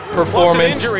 performance